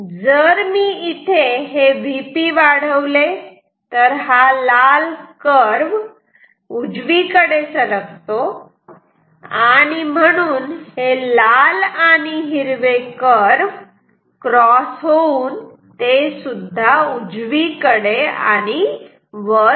जर मी इथे Vp वाढवले तर हा लाल कर्व उजवीकडे सरकतो आणि म्हणून हे लाल आणि हिरवे कर्व क्रॉस होऊन तेसुद्धा उजवीकडे आणि वर सरकतात